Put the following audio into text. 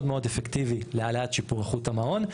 מאוד אפקטיבי להעלאת שיפור איכות המעון,